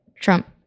Trump